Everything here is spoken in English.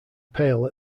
pale